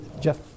Jeff